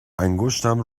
انگشتم